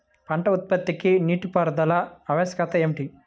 పంట ఉత్పత్తికి నీటిపారుదల ఆవశ్యకత ఏమిటీ?